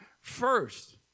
first